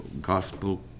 gospel